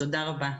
תודה רבה.